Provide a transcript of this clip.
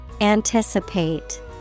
Anticipate